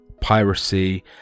piracy